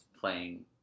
playing